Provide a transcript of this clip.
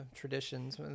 traditions